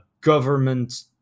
government